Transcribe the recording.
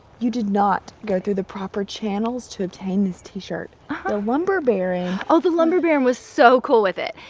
you did not go through the proper channels to obtain this t-shirt. the ah lumber baron oh, the lumber baron was so cool with it.